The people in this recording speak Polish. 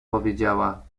powiedziała